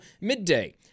midday